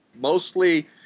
Mostly